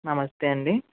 నమస్తే అండి